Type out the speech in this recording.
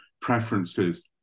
preferences